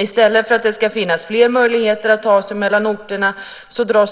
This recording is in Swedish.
I stället för att det ska finnas fler möjligheter att ta sig mellan orterna drar